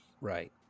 Right